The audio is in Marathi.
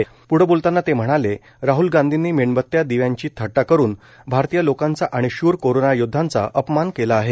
प्ढं बोलतांना ते म्हणाले राहल गांधींनी मेणबत्या दिव्यांची थट्टा करुन भारतीय लोकांचा आणि शूर कोरोना योद्धांचा अपमान केला आहे